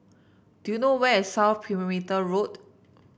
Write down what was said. do you know where is South Perimeter Road